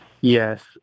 Yes